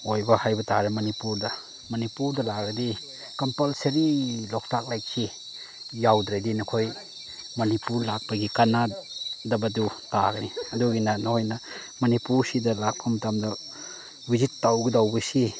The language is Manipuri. ꯑꯣꯏꯕ ꯍꯥꯏꯕ ꯇꯥꯔꯦ ꯃꯅꯤꯄꯨꯔꯗ ꯃꯅꯤꯄꯨꯔꯗ ꯂꯥꯛꯂꯗꯤ ꯀꯝꯄꯜꯁꯔꯤ ꯂꯣꯛꯇꯥꯛ ꯂꯦꯛꯁꯤ ꯌꯥꯎꯗ꯭ꯔꯗꯤ ꯅꯈꯣꯏ ꯃꯅꯤꯄꯨꯔ ꯂꯥꯛꯄꯒꯤ ꯀꯥꯅꯗꯕꯗꯨ ꯇꯥꯒꯅꯤ ꯑꯗꯨꯒꯤꯅ ꯅꯣꯏꯅ ꯃꯅꯤꯄꯨꯔꯁꯤꯗ ꯂꯥꯛꯄ ꯃꯇꯝꯗ ꯚꯤꯖꯤꯠ ꯇꯧꯒꯗꯧꯕꯁꯤ